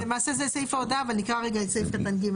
למעשה זה סעיף ההודעה ואני אקרא רגע את סעיף קטן (ג),